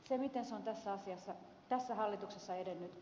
se miten käännetty arvonlisävero on tässä hallituksessa edennyt